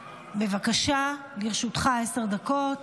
בבקשה, לרשותך עשר דקות.